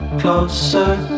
Closer